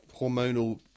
hormonal